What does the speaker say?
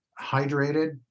hydrated